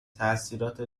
تاثیرات